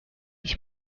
ich